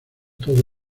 todo